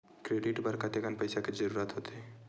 Credit बर कतेकन पईसा के जरूरत होथे?